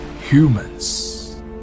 Humans